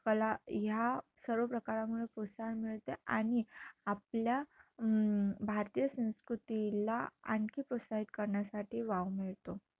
कला ह्या सर्व प्रकारामुळे प्रोत्साहन मिळते आणि आपल्या भारतीय संस्कृतीला आणखी प्रोत्साहित करण्यासाठी वाव मिळतो